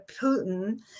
Putin